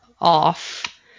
off